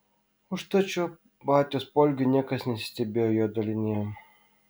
užtat šiuo batios poelgiu niekas nesistebėjo jo dalinyje